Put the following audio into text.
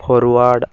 forward